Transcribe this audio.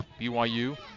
BYU